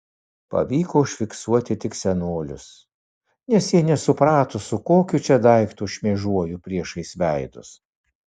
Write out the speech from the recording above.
pavyko užfiksuoti tik senolius nes jie nesuprato su kokiu čia daiktu šmėžuoju priešais veidus